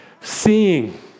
seeing